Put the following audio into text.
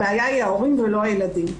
הבעיה היא ההורים ולא הילדים.